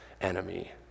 enemy